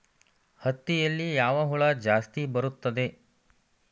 ಹತ್ತಿಯಲ್ಲಿ ಯಾವ ಹುಳ ಜಾಸ್ತಿ ಬರುತ್ತದೆ?